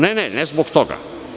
Ne, ne zbog toga.